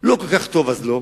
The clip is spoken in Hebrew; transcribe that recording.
לא כל כך טוב אז לא?